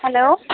hello